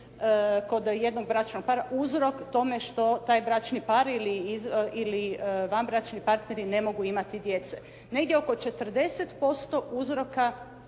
kod jednog bračnog para uzrok tome što taj bračni par ili vanbračni partneri ne mogu imati djece. Negdje oko 40% uzroka